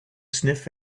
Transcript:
sniff